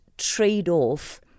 trade-off